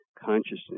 consciousness